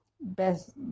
best